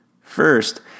First